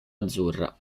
azzurra